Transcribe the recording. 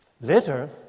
Later